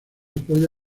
apoya